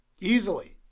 easily